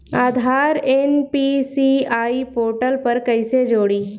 आधार NPCI portal पर कईसे जोड़ी?